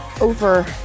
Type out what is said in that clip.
over